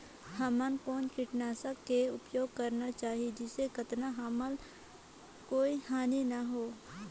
हमला कौन किटनाशक के उपयोग करन चाही जिसे कतना हमला कोई हानि न हो?